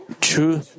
true